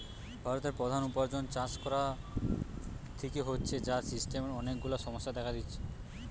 ভারতের প্রধান উপার্জন চাষ থিকে হচ্ছে, যার সিস্টেমের অনেক গুলা সমস্যা দেখা দিচ্ছে